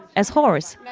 as whores.